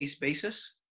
basis